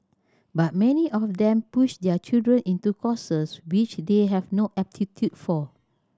but many of them push their children into courses which they have no aptitude for